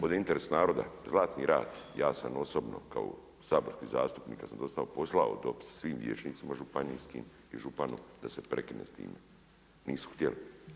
Ovdje je interes naroda, Zlatni rat, ja sam osobno kao saborski zastupnik kada sam poslao dopis svim vijećnicima županijskim i županu da se prekine s time, nisu htjeli.